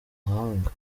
mahanga